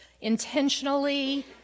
intentionally